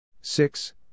six